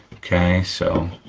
okay, so,